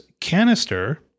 canister